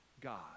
God